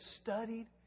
studied